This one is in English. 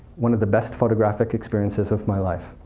one of the best photographic experiences of my life.